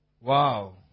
Wow